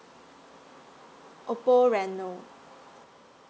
oppo reno